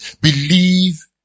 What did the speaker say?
Believe